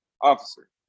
officer